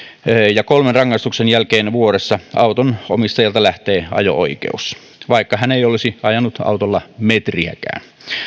ja kolmen rangaistuksen jälkeen vuodessa auton omistajalta lähtee ajo oikeus vaikka hän ei olisi ajanut autolla metriäkään